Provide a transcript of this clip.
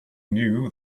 knew